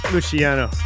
Luciano